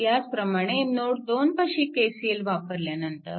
ह्याचप्रमाणे नोड 2 पाशी KCL वापरल्यानंतर